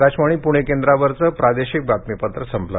आकाशवाणी पुणे केंद्रावरचं प्रादेशिक बातमीपत्र संपलं